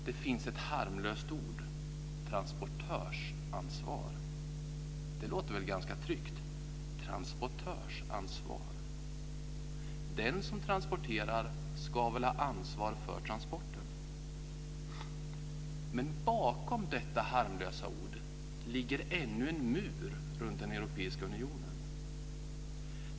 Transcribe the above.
Det finns ett harmlöst ord: transportörsansvar. Det låter väl ganska tryggt. Transportörsansvar. Den som transporterar ska ha ett ansvar för transporten. Men bakom detta harmlösa ord ligger ännu en mur runt den europeiska unionen.